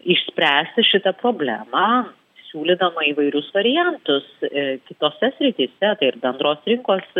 išspręsti šitą problemą siūlydama įvairius variantus kitose srityse tai ir bendros rinkos